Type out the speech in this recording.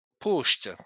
pushed